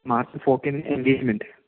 March fourteen engagement